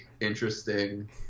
interesting